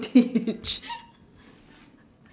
teach